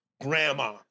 grandma